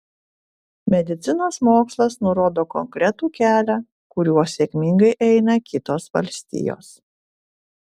medicinos mokslas nurodo konkretų kelią kuriuo sėkmingai eina kitos valstijos